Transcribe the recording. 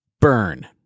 burn